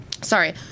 sorry